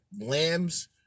lambs